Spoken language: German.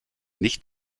nicht